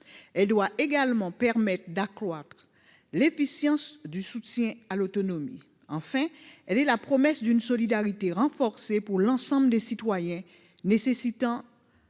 doit également permettre d'accroître l'efficience du soutien à l'autonomie. Elle est aussi la promesse d'une solidarité renforcée pour l'ensemble des citoyens nécessitant